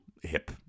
hip